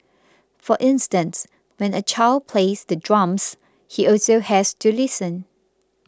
for instance when a child plays the drums he also has to listen